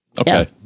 Okay